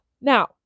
Now